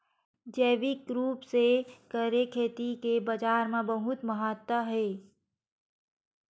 जैविक रूप से करे खेती के बाजार मा बहुत महत्ता हे